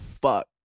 fuck